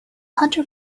hunter